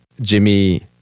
Jimmy